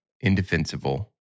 indefensible